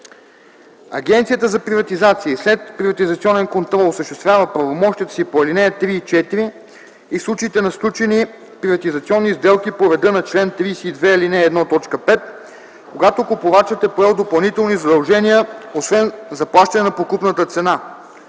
Агенцията за приватизация и следприватизационен контрол осъществява правомощията си по ал. 3 и 4 и в случаите на сключени приватизационни сделки по реда на чл. 32, ал. 1, т. 5, когато купувачът е поел допълнителни задължения, освен заплащане на покупната цена.